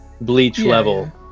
Bleach-level